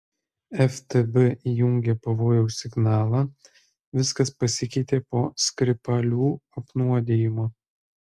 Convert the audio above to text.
ftb įjungė pavojaus signalą viskas pasikeitė po skripalių apnuodijimo